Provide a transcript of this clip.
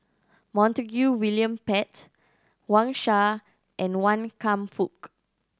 Montague William Pett Wang Sha and Wan Kam Fook